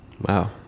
Wow